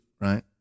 right